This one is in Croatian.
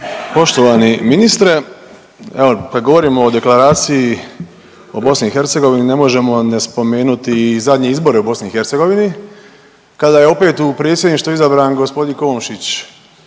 Poštovani ministre. Evo kad govorimo o deklaraciji o BiH ne možemo ne spomenuti zadnje izbore u BiH kada je opet u predsjedništvo izabran g. Komšić